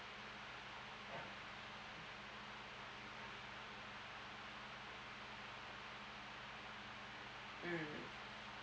mm